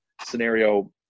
scenario